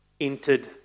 entered